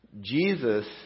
Jesus